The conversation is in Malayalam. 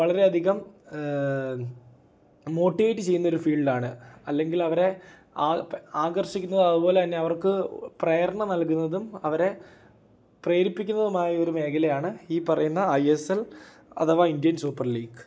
വളരെ അധികം മോട്ടിവേറ്റ് ചെയ്യുന്ന ഒരു ഫീൽഡാണ് അല്ലെങ്കിൽ അവരെ ആകർഷിക്കുന്നത് അതുപോലെ തന്നെ അവർക്ക് പ്രേരണ നൽകുന്നതും അവരെ പ്രേരിപ്പിക്കുന്നതും ആയൊരു മേഖലയാണ് ഈ പറയുന്ന ഐ എസ് എൽ അഥവാ ഇന്ത്യൻ സൂപ്പർ ലീഗ്